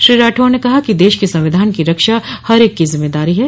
श्री राठौर ने कहा कि देश के संविधान की रक्षा हर एक की जिम्मेदारी है